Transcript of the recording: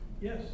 Yes